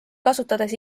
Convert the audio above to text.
kasutades